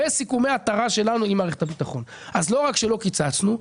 שלא קיצצנו,